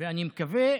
במסגרת